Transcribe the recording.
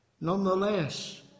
Nonetheless